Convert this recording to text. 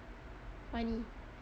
funny